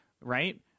right